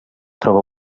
troba